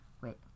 Wait